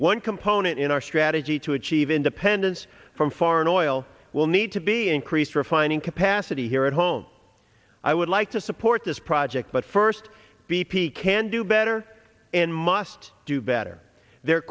one component in our strategy to achieve independence from foreign oil will need to be increased refining capacity here at home i would like to support this project but first b p can do better and must do better their